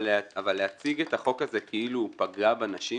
אבל להציג את החוק הזה כאילו הוא פגע בנשים,